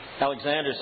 Alexander